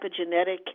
epigenetic